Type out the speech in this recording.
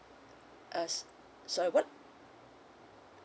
as sorry what